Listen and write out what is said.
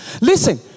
listen